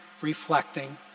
reflecting